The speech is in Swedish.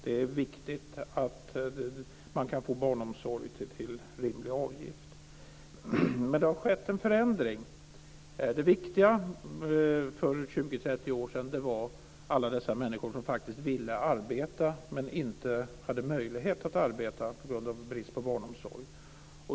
Det är viktigt att man kan få barnomsorg till rimlig avgift. Men det har skett en förändring. Det viktiga för 20-30 år sedan var alla de människor som faktiskt ville arbeta men inte hade möjlighet att arbeta på grund av brist på barnomsorg.